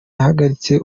yahagaritse